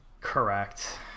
correct